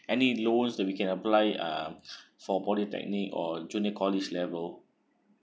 any loans that we can apply uh for polytechnic or junior college level